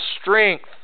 strength